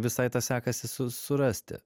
visai tą sekasi su surasti